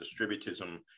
Distributism